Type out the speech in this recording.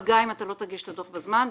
תיפגע אם לא תגיש את הדוח בזמן,